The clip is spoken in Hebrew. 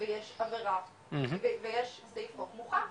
ויש עבירה, ויש סעיף חוק מוכן,